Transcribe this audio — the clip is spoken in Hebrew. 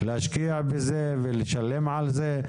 להשקיע בזה ולשלם על זה.